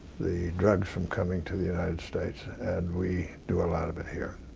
the drugs from coming to the united states. and we do a lot of it here